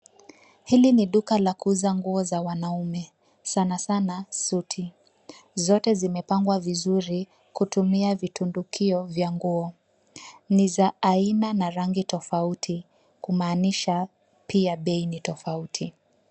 Hili ni duka la kuuza nguo za wanaume, sanasana suti. Zote zimepangwa vizuri kutumia vitundukio vya nguo. Ni za aina na rangi tofauti kumaanisha pia bei ni tofauti.